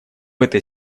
этой